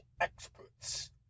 experts